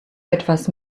etwas